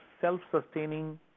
self-sustaining